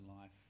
life